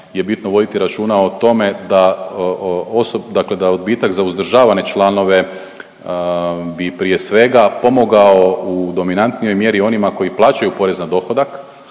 je bitno voditi računa o tome da, dakle da odbitak za uzdržavane članove bi prije svega pomogao u dominantnijoj mjeri onima koji plaćaju porez na dohodak,